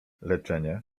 leczenie